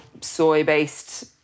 soy-based